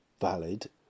valid